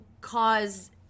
cause